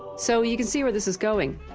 so, you can see where this is going.